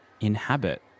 inhabit